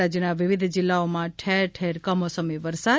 રાજયના વિવિધ જિલ્લાઓમાં ઠેરઠેર કમોસમી વરસાદ